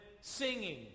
singing